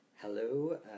Hello